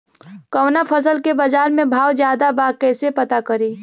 कवना फसल के बाजार में भाव ज्यादा बा कैसे पता करि?